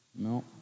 No